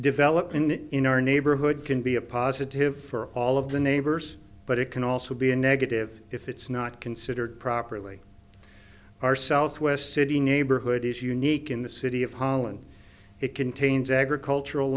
develop and in our neighborhood can be a positive for all of the neighbors but it can also be a negative if it's not considered properly our southwest city neighborhood is unique in the city of holland it contains agricultural